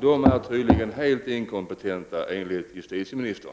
De är tydligen helt inkompetenta, åtminstone enligt justitieministern.